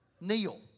Neil